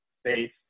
space